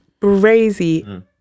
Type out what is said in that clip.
crazy